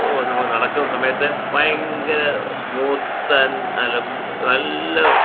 ഓ നമ്മൾ നടക്കുന്ന സമയത്ത് ഭയങ്കര സ്മൂത്ത് ആൻഡ് നല്ല നല്ല